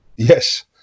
Yes